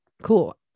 cool